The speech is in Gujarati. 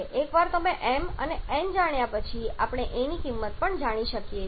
એકવાર તમે m અને n જાણ્યા પછી આપણે a ની કિંમત પણ જાણીએ છીએ